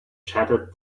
shattered